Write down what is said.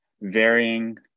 varying